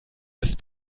ist